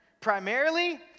Primarily